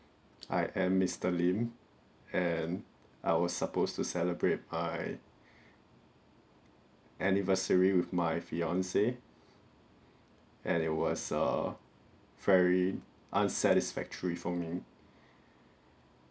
I am mister lim and I was supposed to celebrate my anniversary with my fiance and it was a very unsatisfactory for me